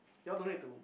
you all no need to